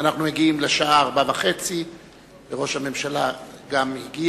ואנחנו מגיעים לשעה 16:30. גם ראש הממשלה הגיע.